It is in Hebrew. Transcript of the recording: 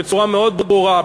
בצורה מאוד ברורה,